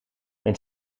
mijn